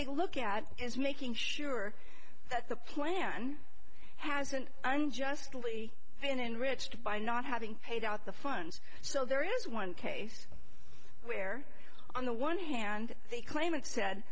they look at is making sure that the plan hasn't unjustly been enriched by not having paid out the funds so there is one case where on the one hand they claim and said